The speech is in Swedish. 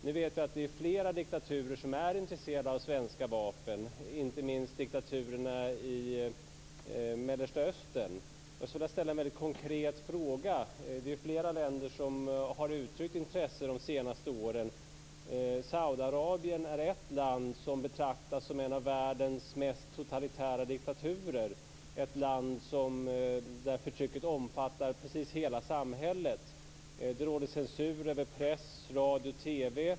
Jag vet att flera diktaturer är intresserade av svenska vapen, inte minst diktaturerna i Mellersta östern. Jag vill ställa en konkret fråga. Flera länder har uttryckt intresse de senaste åren. Saudiarabien är ett land som betraktas som en av världens mest totalitära diktaturer. Det är ett land där förtrycket omfattar precis hela samhället. Det råder censur över press, radio och TV.